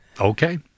okay